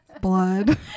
blood